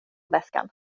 väskan